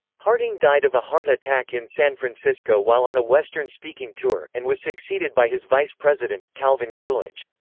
harding died of a heart attack in san francisco while on a western speaking tour, and was succeeded by his vice president, calvin coolidge.